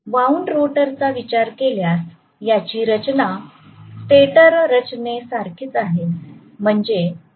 wound रोटरचा विचार केल्यास याची रचना स्टेटर रचने सारखीच आहे